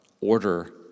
order